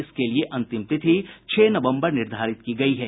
इसके लिए अंतिम तिथि छह नवम्बर निर्धारित की गयी है